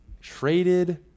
traded